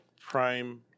Prime